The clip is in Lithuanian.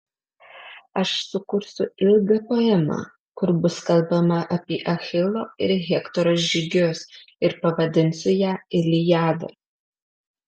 aš sukursiu ilgą poemą kur bus kalbama apie achilo ir hektoro žygius ir pavadinsiu ją iliada